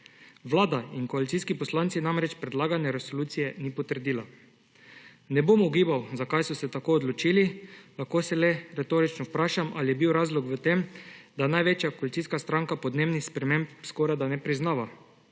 Vlada in koalicijski poslanci namreč predlagane resolucije niso potrdili. Ne bom ugibal, zakaj so se tako odločili, lahko se le retorično vprašam, ali je bil razlog v tem, da največja koalicijska stranka podnebnih sprememb skorajda ne priznava,